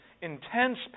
intense